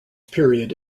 period